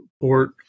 port